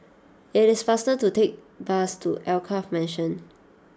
it is faster to take bus to Alkaff Mansion